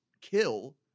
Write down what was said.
kill